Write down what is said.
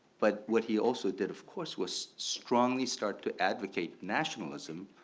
but what he also did, of course, was strongly start to advocate nationalism,